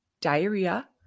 diarrhea